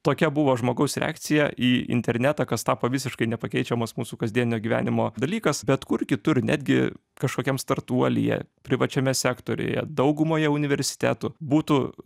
tokia buvo žmogaus reakcija į internetą kas tapo visiškai nepakeičiamas mūsų kasdieninio gyvenimo dalykas bet kur kitur netgi kažkokiam startuolyje privačiame sektoriuje daugumoje universitetų būtų